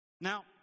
Now